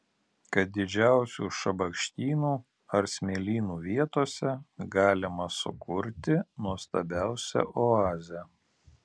kad didžiausių šabakštynų ar smėlynų vietose galima sukurti nuostabiausią oazę